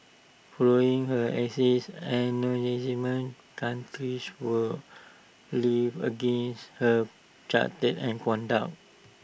following her axing anonymous were levelled against her character and conduct